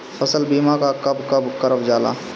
फसल बीमा का कब कब करव जाला?